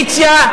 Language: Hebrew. האופוזיציה,